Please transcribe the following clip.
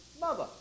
mother